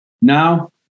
Now